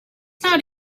not